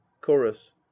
chorus